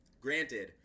granted